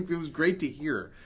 it was great to hear.